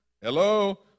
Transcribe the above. Hello